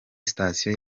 station